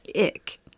Ick